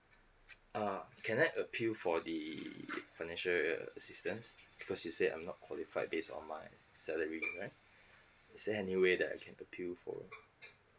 ah can I appeal for the financial assistance because you say I'm not qualified based on my salary right is there anyway that I can appeal for